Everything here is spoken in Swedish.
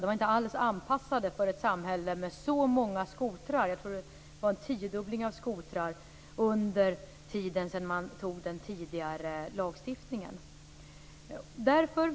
De var inte alls anpassade för ett samhälle med så många skotrar. Jag tror att det rörde sig om en tiodubbling av antalet skotrar under tiden från det att man tog den tidigare lagstiftningen.